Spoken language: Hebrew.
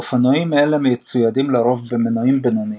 אופנועים אלה מצוידים לרוב במנועים בינוניים,